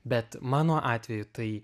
bet mano atveju tai